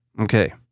Okay